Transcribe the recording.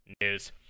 News